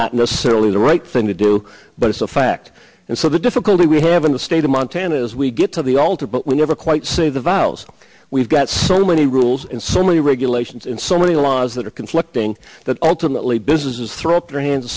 not necessarily the right thing to do but it's a fact and so the difficulty we have in the state of montana is we get to the altar but we never quite see the valves we've got so many rules and so many regulations and so many laws that are conflicting that ultimately businesses throw up their hands and